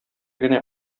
генә